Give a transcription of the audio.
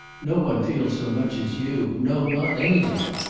no one feels so much as you. no not any one.